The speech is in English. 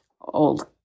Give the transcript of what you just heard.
old